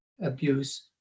abuse